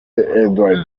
eduardo